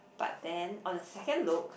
but then on the second look